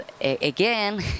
again